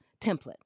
template